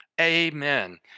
Amen